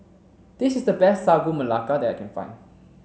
this is the best Sagu Melaka that I can find